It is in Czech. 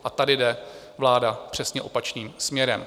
A tady jde vláda přesně opačným směrem.